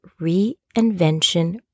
reinvention